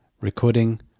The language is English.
Recording